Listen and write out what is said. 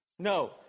No